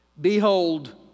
Behold